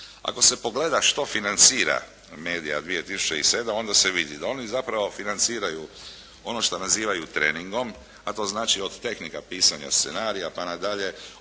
Ako se pogleda što financira "MEDIA 2007" onda se vidi da oni zapravo financiraju ono što nazivaju treningom a to znači od tehnika pisanja scenarija pa nadalje,